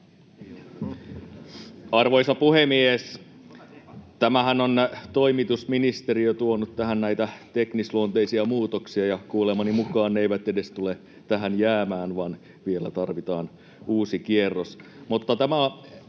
Arvoisa puhemies! Tässähän on toimitusministeristö tuonut tähän näitä teknisluonteisia muutoksia, ja kuulemani mukaan ne eivät edes tule tähän jäämään vaan vielä tarvitaan uusi kierros.